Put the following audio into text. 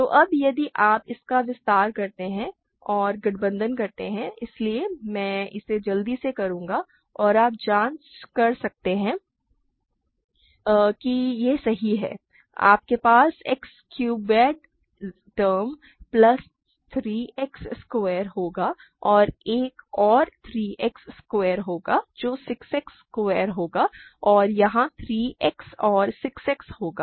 तो अब यदि आप इसका विस्तार करते हैं और गठबंधन करते हैं इसलिए मैं इसे जल्दी से करूंगा और आप जांच सकते हैं कि यह सही है आपके पास X cubed term plus 3 X square होगा और एक और 3 X स्क्वायर होगा जो 6 X स्क्वायर होगा और यहां 3 X और 6 X होगा